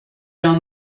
down